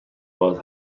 باز